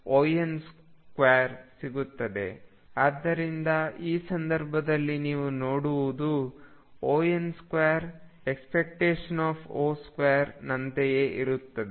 ಆದ್ದರಿಂದ ಈ ಸಂದರ್ಭದಲ್ಲಿ ನೀವು ನೋಡುವುದು On2 ⟨O2⟩ ನಂತೆಯೇ ಇರುತ್ತದೆ